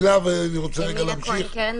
אני רק רוצה להזכיר,